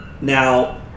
now